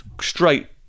straight